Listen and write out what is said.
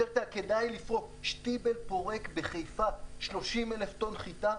שטיבל פורק בחיפה 30,000 טון חיטה,